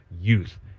Youth